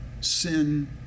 Sin